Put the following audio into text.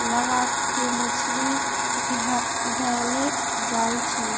लगा क मछरी धयले जाइ छइ